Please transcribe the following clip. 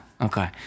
Okay